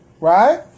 right